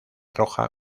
roja